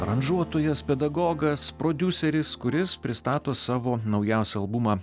aranžuotojas pedagogas prodiuseris kuris pristato savo naujausią albumą